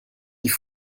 die